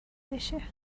بشه